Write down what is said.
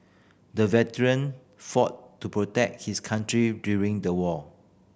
the veteran fought to protect his country during the war